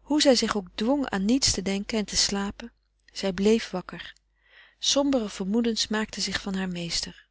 hoe zij zich ook dwong aan niets te denken en te slapen zij bleef wakker sombere vermoedens maakten zich van haar meester